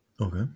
Okay